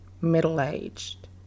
middle-aged